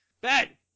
Ben